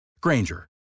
Granger